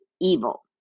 evil